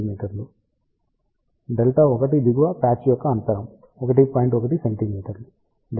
మీ Δ1 దిగువ ప్యాచ్ యొక్క అంతరం 1